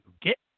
get